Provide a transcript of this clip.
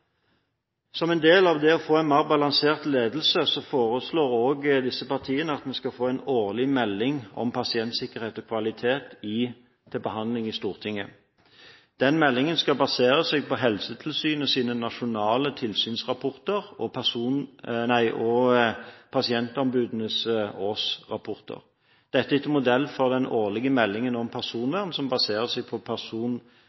Som en del av det å få en mer balansert ledelse foreslår også disse partiene at vi skal få en årlig melding om pasientsikkerhet og kvalitet til behandling i Stortinget. Denne meldingen skal basere seg på Helsetilsynets nasjonale tilsynsrapporter og pasientombudenes årsrapporter – dette etter modell av den årlige meldingen om